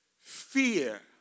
fear